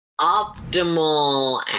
optimal